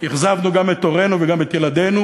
אכזבנו גם את הורינו וגם את ילדינו: